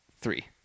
three